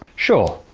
sure,